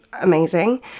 amazing